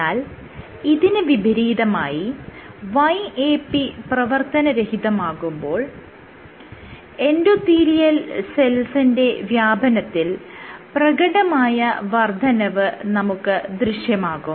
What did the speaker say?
എന്നാൽ ഇതിന് വിപരീതമായി YAP പ്രവർത്തനരഹിതമാകുമ്പോൾ EC യുടെ വ്യാപനത്തിൽ പ്രകടമായ വർദ്ധനവ് നമുക്ക് ദൃശ്യമാകും